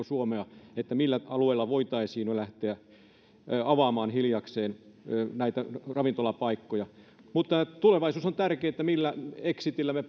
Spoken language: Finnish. suomea että millä alueella voitaisiin jo lähteä avaamaan hiljakseen näitä ravintolapaikkoja mutta tulevaisuus on tärkeä että millä exitillä me